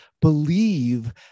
believe